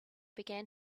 began